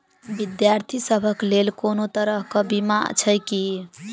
विद्यार्थी सभक लेल कोनो तरह कऽ बीमा छई की?